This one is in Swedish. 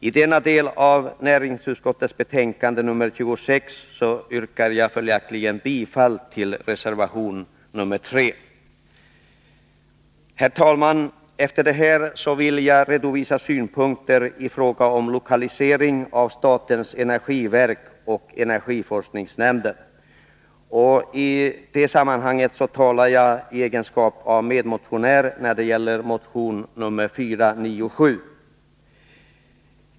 I denna del av näringsutskottets betänkande 26 kommer jag följaktligen att yrka bifall till reservation 3. Herr talman! Efter detta vill jag redovisa synpunkter i fråga om lokalisering av statens energiverk och energiforskningsnämnden. I det sammanhanget talar jag i egenskap av medmotionär i motion 497.